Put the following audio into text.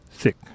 Thick